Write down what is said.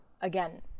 Again